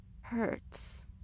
hurts